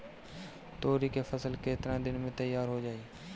तोरी के फसल केतना दिन में तैयार हो जाई?